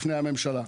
בפני הממשלה.